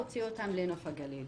הוציאו אותם לנוף הגליל.